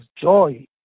joy